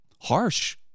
harsh